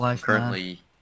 Currently